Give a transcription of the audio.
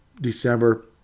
December